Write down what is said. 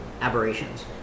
aberrations